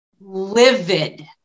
livid